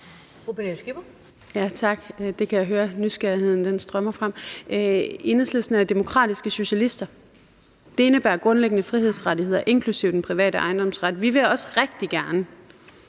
Ja tak, det kan jeg høre. Nysgerrigheden strømmer frem. Enhedslisten er demokratiske socialister. Det indebærer grundlæggende frihedsrettigheder inklusive den private ejendomsret. Vi vil også rigtig gerne